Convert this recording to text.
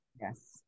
Yes